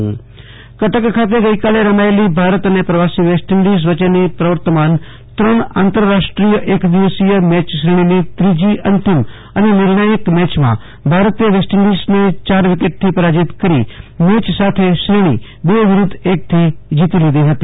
Ashutosh Antani cricket Bharat West Indies Cuttack ખાતે ગઈકાલે રમાયેલી ભારત અને પ્રવાસી વેસ્ટ ઈન્ડિઝ વચ્ચેની પ્રવર્તમાન ત્રણ આંતરરાષ્ટ્રીય એક દિવસીય મેચ શ્રેણીની ત્રીજી અંતિમ અને નિર્ણાયક મેચમાં ભારતે વેસ્ટ ઈન્ડિઝને ચાર વિકેટથી પરાજિત કરી મેચ સાથે શ્રેણી બે વિરુધ્ધ એકથી જીતી લીધી હતી